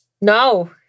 No